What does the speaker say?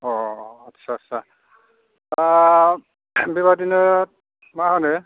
अ आच्चा दा बेबायदिनो मा होनो